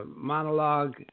monologue